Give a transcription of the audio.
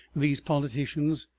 these politicians,